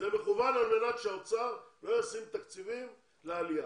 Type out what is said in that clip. על מנת שהאוצר לא ישים תקציבים לעלייה.